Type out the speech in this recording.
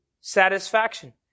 satisfaction